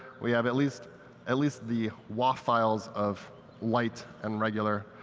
we have at least at least the wav files of white and regular.